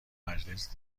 مجلس